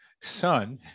son